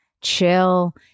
chill